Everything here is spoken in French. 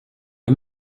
les